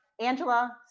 Angela